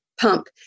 pump